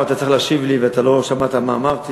עכשיו אתה צריך להשיב לי ואתה לא שמעת מה אמרתי.